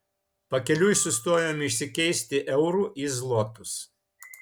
pakeliui sustojome išsikeisti eurų į zlotus